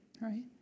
Right